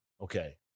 Okay